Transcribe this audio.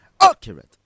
Accurate